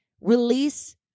release